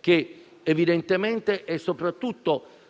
che evidentemente